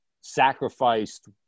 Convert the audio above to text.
sacrificed